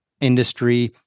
industry